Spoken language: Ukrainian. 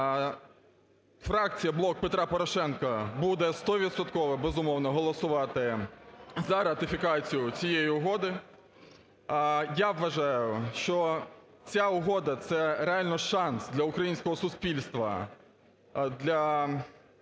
Фракція "Блок Петра Порошенка" буде стовідсотково, безумовно, голосувати за ратифікацію цієї угоди. Я вважаю, що ця угода – це реально шанс для українського суспільства,